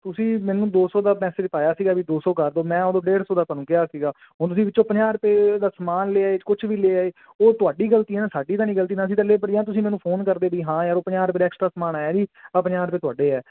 ਤੁਸੀਂ ਮੈਨੂੰ ਦੋ ਸੋ ਦਾ ਮੈਸੇਜ ਪਾਇਆ ਸੀਗਾ ਵੀ ਦੋ ਸੋ ਕਰ ਦੋ ਮੈਂ ਉਦੋਂ ਡੇਡ ਸੋ ਦਾ ਤੁਹਾਨੂੰ ਕਿਹਾ ਸੀਗਾ ਹੁਣ ਤੁਸੀਂ ਵਿੱਚੋਂ ਪੰਜਾਹ ਰੁਪਏ ਦਾ ਸਮਾਨ ਲਿਆ ਕੁਛ ਵੀ ਲਿਆਏ ਉਹ ਤੁਹਾਡੀ ਗਲਤੀ ਨਾ ਸਾਡੀ ਤਾਂ ਨਹੀਂ ਗਲਤੀ ਨਾ ਲਿਬਰੀ ਆ ਤੁਸੀਂ ਮੈਨੂੰ ਫੋਨ ਕਰਦੇ ਵੀ ਹਾਂ ਯਾਰ ਆਪਣੇ ਆਪ ਦੇ ਤੁਹਾਡੇ ਆ